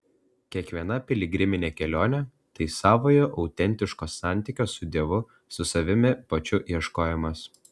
kiekviena piligriminė kelionė tai savojo autentiško santykio su dievu su savimi pačiu ieškojimas